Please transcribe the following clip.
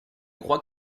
crois